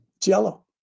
jello